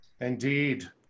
indeed